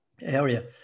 area